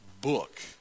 book